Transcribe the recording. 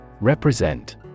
Represent